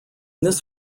this